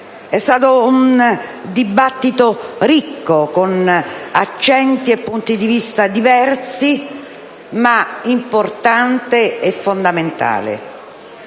È stato un dibattito ricco, con accenti e punti di vista diversi, ma fondamentale.